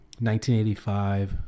1985